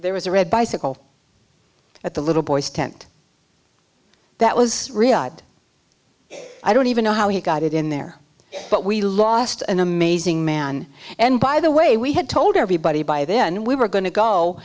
there was a red bicycle at the little boy's tent that was riad i don't even know how he got it in there but we lost an amazing man and by the way we had told everybody by then we were going to go